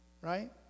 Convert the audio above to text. right